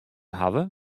hawwe